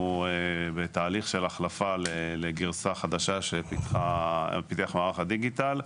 אנחנו בתהליך של החלפה לגרסה חדשה שפיתח מערך הדיגיטל.